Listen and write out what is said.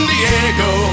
Diego